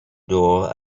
door